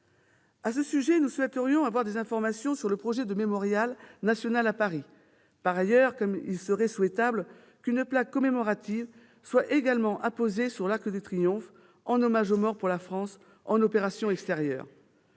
À ce sujet, nous souhaiterions avoir des informations sur le projet de mémorial national à Paris. Par ailleurs, il serait souhaitable qu'une plaque commémorative soit également apposée sous l'Arc de Triomphe en hommage aux morts pour la France en opérations extérieures.